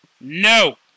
No